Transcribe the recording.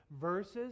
verses